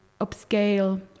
upscale